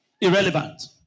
irrelevant